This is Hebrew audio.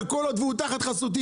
אבל כל עוד הוא תחת חסותי,